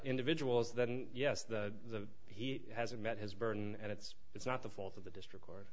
individuals then yes the he hasn't met his burden and it's it's not the fault of the district